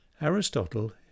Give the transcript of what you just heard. Aristotle